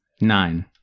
Nine